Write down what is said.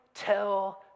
Tell